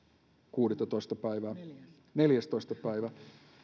kuudestoista päivää neljästoista päivää